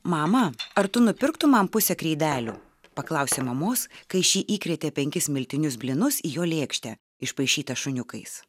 mama ar tu nupirktum man pusę kreidelių paklausė mamos kai ši įkrėtė penkis miltinius blynus į jo lėkštę išpaišytą šuniukais